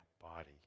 body